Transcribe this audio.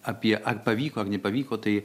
apie ar pavyko ar nepavyko tai